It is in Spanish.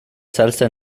salsa